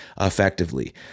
effectively